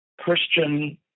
Christian